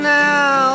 now